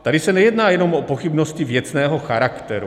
Tady se nejedná jenom o pochybnosti věcného charakteru.